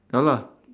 ya lah